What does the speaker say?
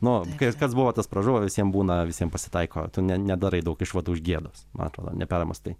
nu kai kas buvo tas pražuvo visiem būna visiem pasitaiko tu ne nedarai daug išvadų iš gėdos man atrodo nepermąstai